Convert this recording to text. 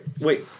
Wait